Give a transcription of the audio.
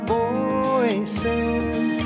voices